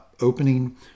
opening